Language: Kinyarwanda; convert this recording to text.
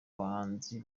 bahanzi